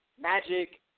magic